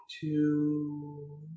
two